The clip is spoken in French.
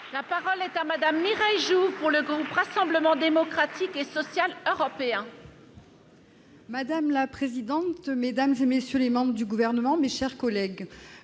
La parole est à madame Mireille joue pour le groupe Rassemblement démocratique et social européen. Madame la présidente, mesdames et messieurs les membres du gouvernement, mes chers collègues,